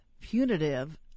punitive